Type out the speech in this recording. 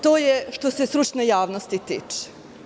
To je što se stručne javnosti tiče.